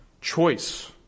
choice